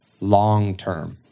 long-term